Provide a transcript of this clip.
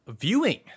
viewing